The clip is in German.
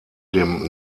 dem